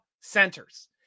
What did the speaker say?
centers